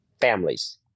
families